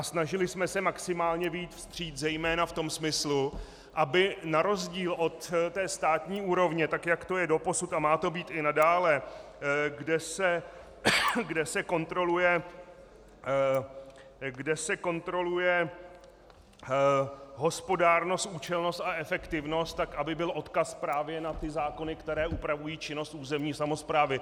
Snažili jsme se maximálně vyjít vstříc zejména v tom smyslu, aby na rozdíl od té státní úrovně, tak jak to je doposud a má to být i nadále, kde se kontroluje hospodárnost, účelnost a efektivnost, tak aby byl odkaz právě na ty zákony, které upravují činnost územní samosprávy.